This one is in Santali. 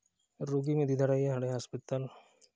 ᱨᱳᱜᱤᱢ ᱤᱫᱤ ᱫᱟᱲᱮᱭᱟᱭᱟ ᱦᱟᱥᱯᱟᱛᱟᱞ